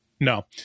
No